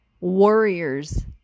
Warriors